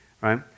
Right